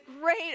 great